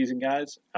guys